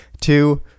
Two